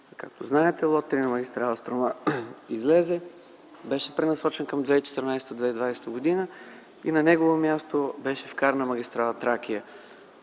Както знаете, лот 3 на магистрала „Струма” излезе, беше пренасочен към 2014-2020 г. и на негово място беше вкарана магистрала „Тракия”.